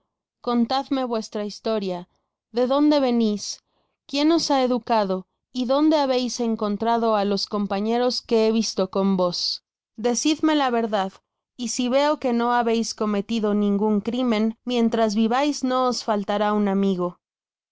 contadme vuestra historia de dónde venís quién os ha educado y donde habeis encontrado á los compañeros que he visto con vos decidme la verdad y si veo que no habeis cometido ningun crimen mientras vivais no os faltará un amigo